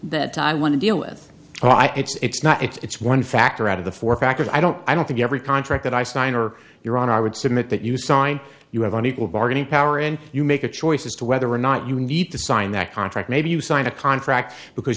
that i want to deal with it's not it's one factor out of the four factors i don't i don't think every contract that i sign or your own i would submit that you sign you have an equal bargaining power and you make a choice as to whether or not you need to sign that contract maybe you sign a contract because